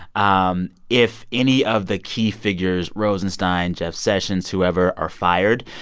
um if any of the key figures rosenstein, jeff sessions, whoever are fired,